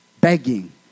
begging